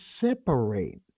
separate